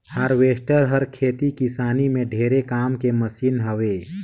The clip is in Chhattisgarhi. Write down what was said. हारवेस्टर हर खेती किसानी में ढेरे काम के मसीन हवे